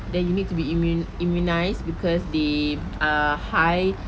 then you need to be immune~ immunised because they are high